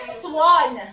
swan